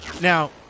Now